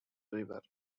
river